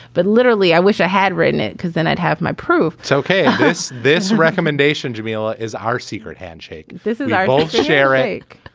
but literally i wish i had written it because then i'd have my proof so ok. this this recommendation, jameela, is our secret handshake. this is our share ache.